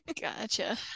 Gotcha